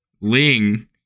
ling